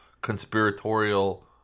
conspiratorial